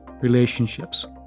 relationships